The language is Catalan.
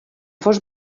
fos